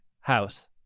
house